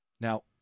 Now